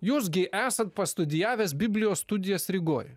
jūs gi esat pastudijavęs biblijos studijas rygoj